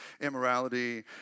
immorality